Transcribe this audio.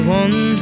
one